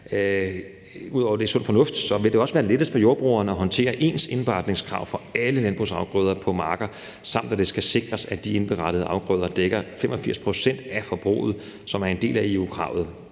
udover det er sund fornuft, vil det også være lettere for jordbrugeren at håndtere ens indberetningskrav for alle landbrugsafgrøder på markerne, samt at det skal sikres, at de indberettede afgrøder dækker 85 pct. af forbruget, hvilket er en del af EU-kravet.